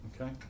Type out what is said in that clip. Okay